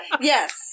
yes